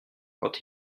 quand